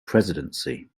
presidency